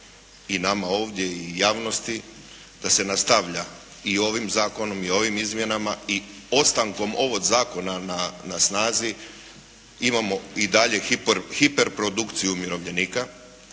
i nama ovdje i javnosti da se nastavlja i ovim zakonom i ovim izmjenama i ostankom ovog zakona na snazi imamo i dalje hiperprodukciju umirovljenika,